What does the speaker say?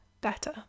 better